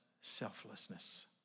selflessness